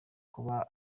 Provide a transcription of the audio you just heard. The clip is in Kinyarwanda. kuba